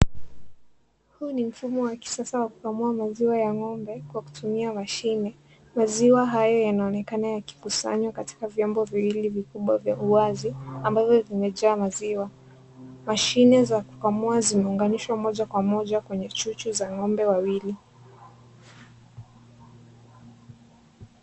Huu ni mfumo wa kisasa wa kukamua maziwa ya ng'ombe kwa kutumia mashine. Maziwa hayo yanaonekana yakikusanywa katika vyombo viwili vikubwa vya uwazi. Ambavyo vimejaa maziwa. Mashine za kukamua zimeunganishwa moja kwa moja kwenye chuchu za ng'ombe wawili.